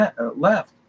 Left